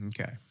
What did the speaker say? Okay